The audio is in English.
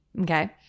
Okay